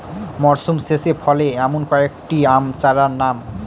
মরশুম শেষে ফলে এমন কয়েক টি আম চারার নাম?